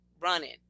running